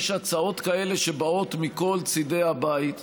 יש הצעות כאלה שבאות מכל צידי הבית,